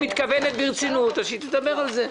היא מתכוונת ברצינות אז שהיא תדבר על זה.